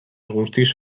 guztiz